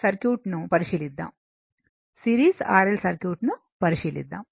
ఇప్పుడు series R L circuit ను పరిశీలిద్దాం